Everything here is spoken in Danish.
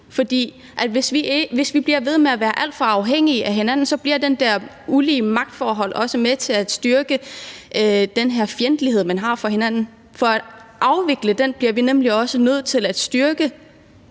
for hvis vi bliver ved med at være alt for afhængige af hinanden, er det der ulige magtforhold også med til at styrke den her fjendtlighed, man har over for hinanden. For at afvikle den bliver vi også nødt til at styrke